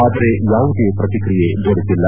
ಆದರೆ ಯಾವುದೇ ಪ್ರತಿಕ್ರಿಯೆ ದೊರೆತಿಲ್ಲ